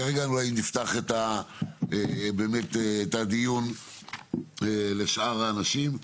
כרגע אולי נפתח את הדיון לשאר האנשים.